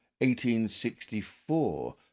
1864